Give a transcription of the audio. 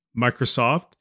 Microsoft